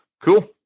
Cool